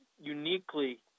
uniquely